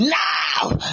now